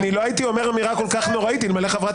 לא הייתי אומר אמירה כל כך נוראית אלמלא חברת